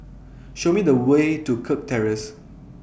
Show Me The Way to Kirk Terrace